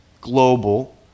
global